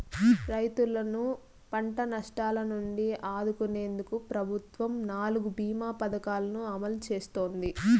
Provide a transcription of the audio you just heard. రైతులను పంట నష్టాల నుంచి ఆదుకునేందుకు ప్రభుత్వం నాలుగు భీమ పథకాలను అమలు చేస్తోంది